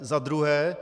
Za druhé.